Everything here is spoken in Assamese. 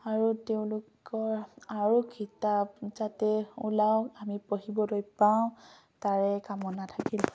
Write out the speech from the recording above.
আৰু তেওঁলোকৰ আৰু কিতাপ যাতে ওলাৱক আমি পঢ়িবলৈ পাওঁ তাৰে কামনা থাকিল